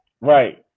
right